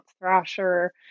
thrasher